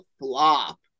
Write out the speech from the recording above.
flop